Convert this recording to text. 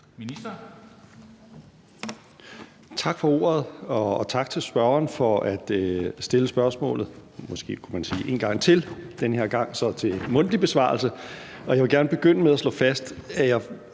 Tak for ordet, og tak til spørgeren for at stille spørgsmålet – måske kunne man sige en gang til. Den her gang så til mundtlig besvarelse. Og jeg vil gerne begynde med at slå fast,